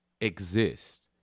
exist